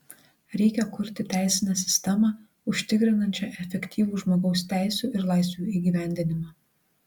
reikia kurti teisinę sistemą užtikrinančią efektyvų žmogaus teisių ir laisvių įgyvendinimą